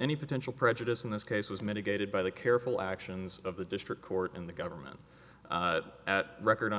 any potential prejudice in this case was mitigated by the careful actions of the district court in the government at record